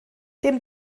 dim